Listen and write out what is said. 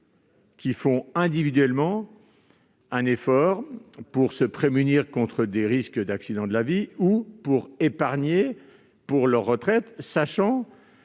qui font individuellement un effort pour se prémunir contre des risques d'accident de la vie ou pour améliorer leur retraite. Il faut